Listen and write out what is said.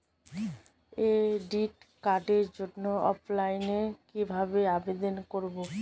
Credit কার্ডের জন্য অফলাইনে কিভাবে আবেদন করব?